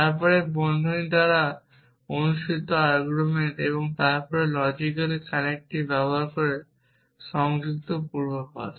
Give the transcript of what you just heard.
তারপরে বন্ধনী দ্বারা অনুসৃত আর্গুমেন্ট এবং তারপরে লজিক্যাল কানেক্টিভ ব্যবহার করে সংযুক্ত পূর্বাভাস